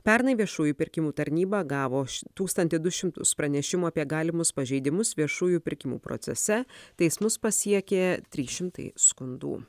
pernai viešųjų pirkimų tarnyba gavo tūkstantį du šimtus pranešimų apie galimus pažeidimus viešųjų pirkimų procese teismus pasiekė trys šimtai skundų